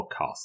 Podcast